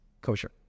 kosher